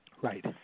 Right